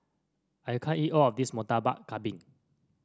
I can't eat all of this Murtabak Kambing